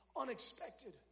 unexpected